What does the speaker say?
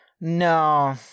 No